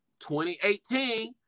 2018